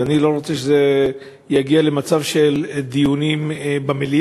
ואני לא רוצה שזה יגיע למצב של דיונים במליאה,